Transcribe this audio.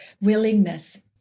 willingness